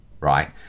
right